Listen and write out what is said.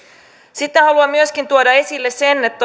sitten haluan myöskin tuoda esille sen että